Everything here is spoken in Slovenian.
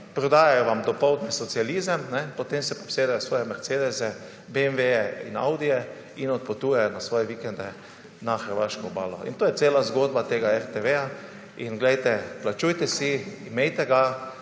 Prodajajo vam dopoldne socializem, potem se pa usedejo v svoje mercedese, beemveje in audije in odpotujejo na svoje vikende na hrvaško obalo. In to je cela zgodba tega RTV. In glejte, plačujte si, imejte ga,